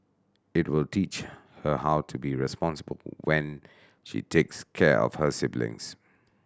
it will teach her how to be responsible when she takes care of her siblings